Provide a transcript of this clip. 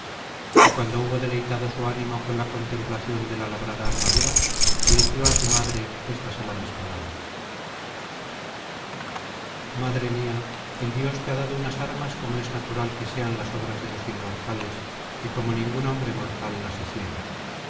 y cuando hubo deleitado su ánimo con la contemplación de la labrada armadura dirigió á su madre estas aladas palabras madre mía el dios te ha dado unas armas como es natural que sean las obras de los inmortales y como ningún hombre mortal las hiciera